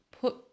put